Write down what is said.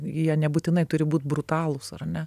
jie nebūtinai turi būt brutalūs ar ne